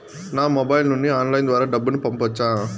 నా మొబైల్ నుండి ఆన్లైన్ ద్వారా డబ్బును పంపొచ్చా